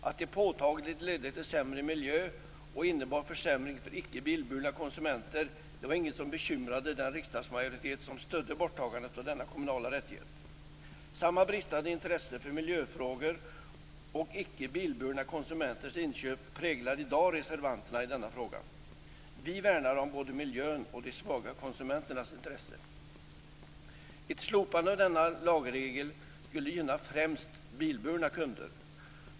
Att det påtagligt ledde till sämre miljö och innebar försämring för icke bilburna konsumenter var inget som bekymrade den riksdagsmajoritet som stödde borttagandet av denna kommunala rättighet. Samma bristande intresse för miljöfrågor och icke bilburna konsumenters inköp präglar i dag reservanterna i denna fråga. Vi värnar både om miljön och om de svaga konsumenternas intresse. Ett slopande av denna lagregel skulle gynna främst bilburna kunder.